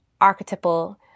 archetypal